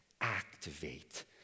activate